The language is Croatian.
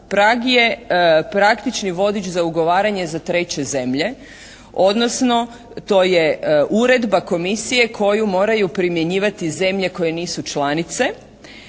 Prag je praktični vodić za ugovaranje za treće zemlje odnosno to je uredba komisije koju moraju primjenjivati zemlje koje nisu članice